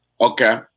Okay